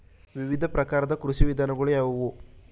ವಿವಿಧ ಪ್ರಕಾರದ ಕೃಷಿ ವಿಧಾನಗಳು ಯಾವುವು?